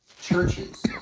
Churches